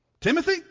Timothy